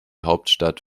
hauptstadt